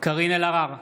קארין אלהרר,